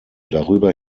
darüber